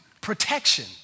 protection